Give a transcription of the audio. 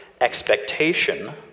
expectation